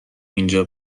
اینجا